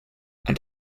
and